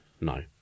No